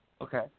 Okay